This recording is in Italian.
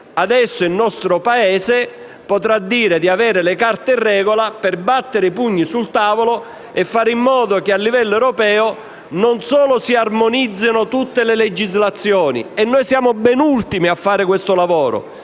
Adesso il nostro Paese potrà dire di avere le carte in regola per battere i pugni sul tavolo e fare in modo che a livello europeo non solo si armonizzino tutte le legislazioni (e noi siamo ben ultimi a fare questo lavoro),